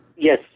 Yes